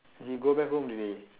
he go back home already